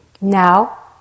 Now